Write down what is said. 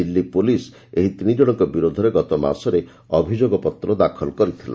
Delhi police ଏହି ତିନି ଜଣଙ୍କ ବିରୋଧରେ ଗତମାସରେ ଅଭିଯୋଗପତ୍ର ଦାଖଲ କରିଥିଲା